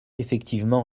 effectivement